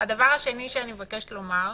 הדבר השני שאני מבקשת לומר,